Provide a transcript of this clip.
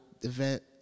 event